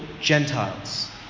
Gentiles